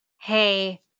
hey